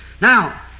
Now